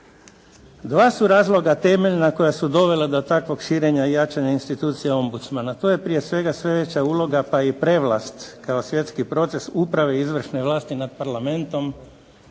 Dva su razloga temeljna koja su dovela do takvog širenja i jačanja institucija ombudsmana, to je prije svega sve veća uloga pa i prevlast kao svjetski proces uprave i izvršne vlasti nad parlamentom,